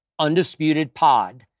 UndisputedPod